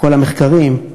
בכל המחקרים,